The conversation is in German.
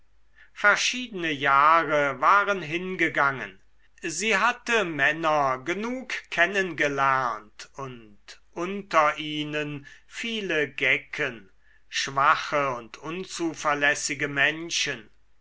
verschiedene jahre waren hingegangen sie hatte männer genug kennengelernt und unter ihnen viele gecken schwache und unzuverlässige menschen